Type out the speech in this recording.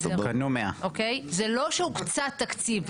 קנו 100. זה לא שהוצע תקציב.